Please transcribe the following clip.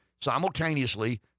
simultaneously